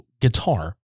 guitar